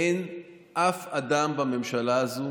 אין אף אדם בממשלה הזאת